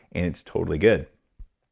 and it's totally good.